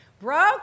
broke